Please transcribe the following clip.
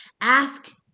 ask